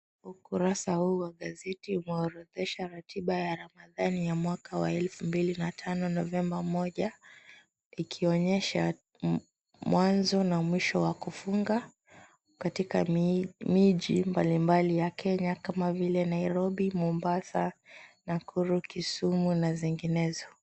Ukurasa huu wa gazeti umeorodhesha ratiba ya Ramadhan ya mwaka wa 2005 November 1 ikiwa inaonyesha mwanzo na mwisho wa kufunga katika miji mbali mbali ya Kenya kama vile Nairobi, Mombasa, Nakuru, Kisumu na zinginezo.